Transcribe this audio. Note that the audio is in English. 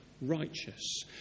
righteous